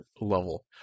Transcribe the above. level